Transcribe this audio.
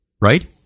Right